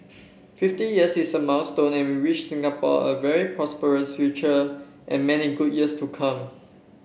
fifty years is a milestone and we wish Singapore a very prosperous future and many good years to come